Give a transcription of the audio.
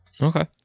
Okay